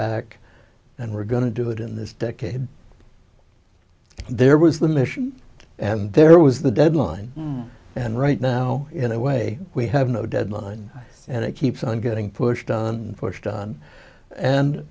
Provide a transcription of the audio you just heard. back and we're going to do that in this decade there was the mission and there was the deadline and right now in a way we have no deadline and it keeps on getting pushed on pushed on and